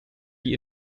die